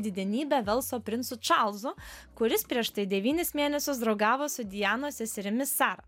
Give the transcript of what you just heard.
didenybe velso princu čarlzu kuris prieš tai devynis mėnesius draugavo su dianos seserimi sara